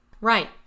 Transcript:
Right